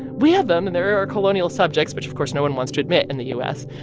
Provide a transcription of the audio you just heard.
we have them, and they're our colonial subjects, which, of course, no one wants to admit in the u s.